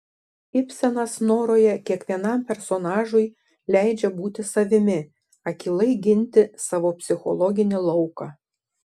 ibsenas noroje kiekvienam personažui leidžia būti savimi akylai ginti savo psichologinį lauką